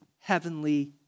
Heavenly